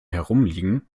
herumliegen